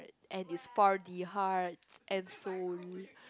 and is for the heart and soul